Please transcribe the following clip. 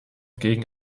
gegen